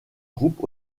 groupe